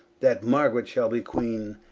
that margaret shall be queene,